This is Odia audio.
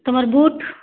ତୁମର୍ ବୁଟ୍